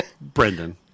Brendan